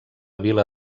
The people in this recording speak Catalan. vila